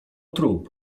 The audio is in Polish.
trup